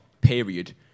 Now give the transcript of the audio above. period